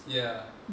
ya